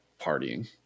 partying